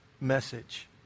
message